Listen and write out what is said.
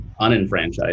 unenfranchised